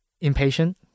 impatient